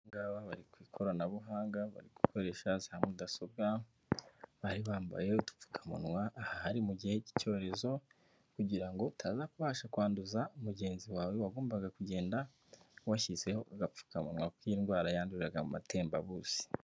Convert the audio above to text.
Abangaba bari ku ikoranabuhanga, bari gukoresha za mudasobwa, bari bambaye udupfukamunwa, aha hari mu gihe k'icyorezokugira ngo utaza kubasha kwanduza mugenzi wawe wagombaga kugenda washyizeho agapfukamunwa kuko iyi ndwara yanduriraga mu matembabuzi.